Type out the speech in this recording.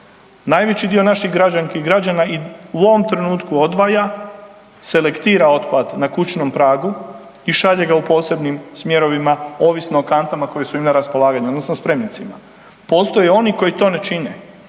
Najveći dio naših građanki i građana i u ovom trenutku odvaja, selektira otpad na kućnom pragu i šalje ga u posebnim smjerovima ovisno o kantama koje su im na raspolaganju odnosno spremnicima. Postoje oni koji to ne čine,